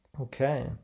Okay